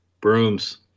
Brooms